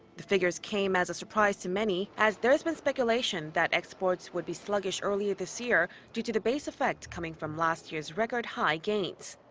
the figures came as a surprise to many as there has been speculation that exports would be sluggish early this year due to the base effect coming from last year's record-high gains.